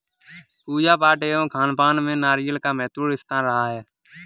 पूजा पाठ एवं खानपान में नारियल का महत्वपूर्ण स्थान रहा है